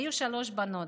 היו שלוש בנות.